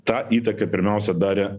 tą įtaką pirmiausia darė